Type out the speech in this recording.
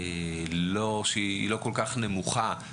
אם נערוך תיקון בתקנות,